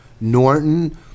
Norton